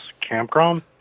campground